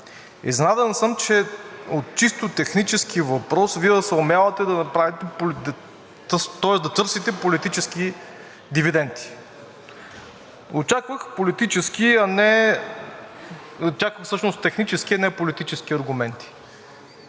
Изненадан съм, че от чисто технически въпроси Вие съумявате да търсите политически дивиденти. Очаквах, всъщност технически, а не политически аргументи.